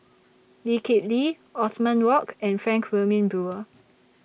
Lee Kip Lee Othman Wok and Frank Wilmin Brewer